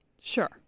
Sure